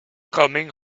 coming